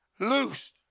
Loose